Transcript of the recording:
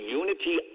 unity